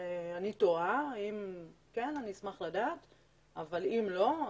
אני טועה ואם כן, אני אשמח לדעת אבל אם לא,